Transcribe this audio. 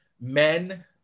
men